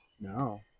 no